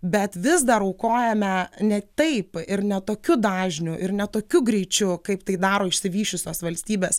bet vis dar aukojame ne taip ir ne tokiu dažniu ir ne tokiu greičiu kaip tai daro išsivysčiusios valstybės